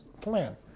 plan